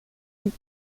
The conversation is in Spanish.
hip